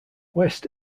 west